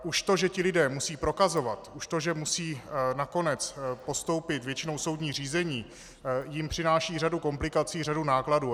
Už to, že ti lidé musí prokazovat, už to, že musí nakonec podstoupit většinou soudní řízení, jim přináší řadu komplikací, řadu nákladů.